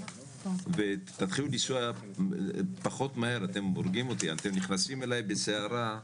תתחילו לנסוע פחות מהר, אתם נכנסים אלי בסערה,